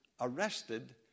arrested